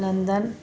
London